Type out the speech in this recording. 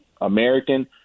American